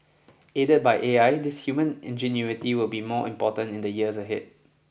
aided by A I this human ingenuity will be more important in the years ahead